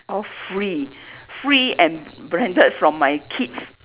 all free free and branded from my kids